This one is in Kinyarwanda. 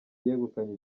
yegukanye